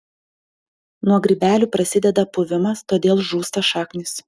nuo grybelių prasideda puvimas todėl žūsta šaknys